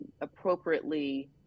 appropriately